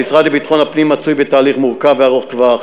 המשרד לביטחון הפנים מצוי בתהליך מורכב וארוך טווח.